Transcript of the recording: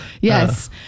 yes